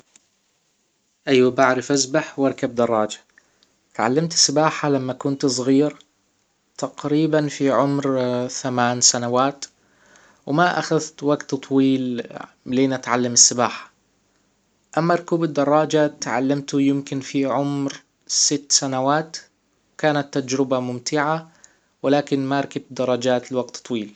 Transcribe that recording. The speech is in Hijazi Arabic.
ايوة بعرف اسبح واركب دراجة تعلمت السباحة لما كنت صغير تقريبا في عمر ثمان سنوات وما اخذت وقت طويل لين اتعلم السباحة اما ركوب الدراجة تعلمته يمكن في عمر ست سنوات كانت تجربة ممتعة ولكن ماركبت دراجات لوجت طويل